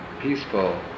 peaceful